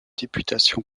députation